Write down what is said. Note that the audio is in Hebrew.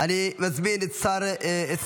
אני מזמין את שר המורשת,